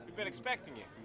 been expecting you.